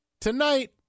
Tonight